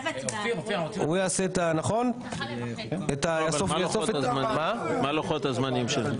הוא יעשה את --- מה לוחות הזמנים של זה?